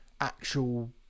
actual